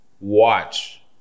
watch